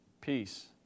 peace